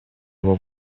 его